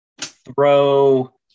throw